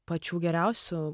pačių geriausių